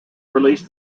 release